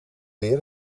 weer